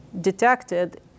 detected